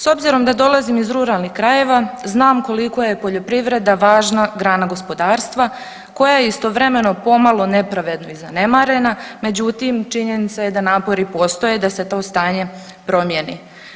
S obzirom da dolazim iz ruralnih krajeva, znam koliko je poljoprivreda važna grana gospodarstva koja je istovremeno pomalo nepravedno i zanemarena, međutim, činjenica je da napori postoje da se to stanje promijeni.